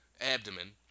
abdomen